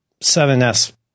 7S